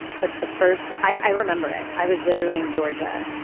but the first. i remember it. i was literally in georgia,